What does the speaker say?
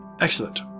Excellent